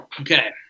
Okay